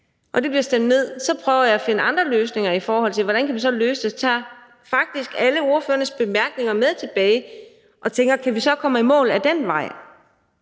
og det bliver stemt ned, prøver jeg at finde andre løsninger i forhold til spørgsmålet: Hvordan kan vi så løse det? Jeg tager faktisk alle ordførernes bemærkninger med tilbage og tænker over, om vi så kan komme i mål ad den vej.